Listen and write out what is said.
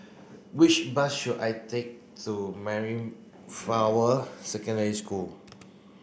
which bus should I take to flower Secondary School